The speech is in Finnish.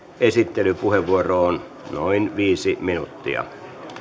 esittelypuheenvuoroon noin viisi minuuttia